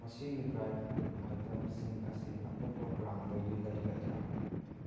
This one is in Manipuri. ꯃꯁꯤꯒꯤ ꯗ꯭ꯔꯥꯏ ꯐ꯭ꯔꯨꯠ ꯑꯥꯏꯇꯦꯝꯁꯤꯡ ꯑꯁꯤ ꯑꯇꯣꯞꯄ ꯕ꯭ꯔꯥꯟꯗꯒꯤ ꯂꯩꯒꯗ꯭ꯔꯥ